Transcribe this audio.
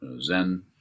Zen